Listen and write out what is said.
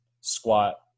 squat